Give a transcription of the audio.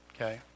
Okay